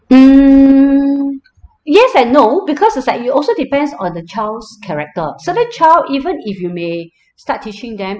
mm yes and no because it's like you also depends on the child's character certain child even if you may start teaching them